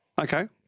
Okay